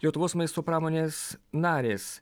lietuvos maisto pramonės narės